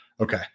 okay